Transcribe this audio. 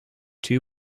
two